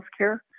healthcare